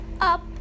up